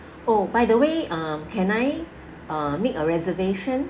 oh by the way um can I uh make a reservation